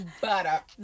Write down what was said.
Butter